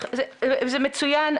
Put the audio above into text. זה מצוין,